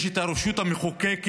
יש את הרשות המחוקקת,